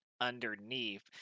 underneath